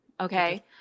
Okay